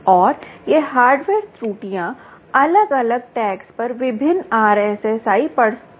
और ये हार्डवेयर त्रुटियों अलग अलग टैग्स पर विभिन्न RSSI पढ़ सकते हैं